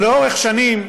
לאורך שנים,